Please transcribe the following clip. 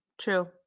true